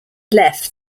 left